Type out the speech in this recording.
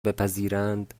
بپذیرند